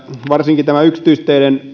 varsinkin tämä yksityisteiden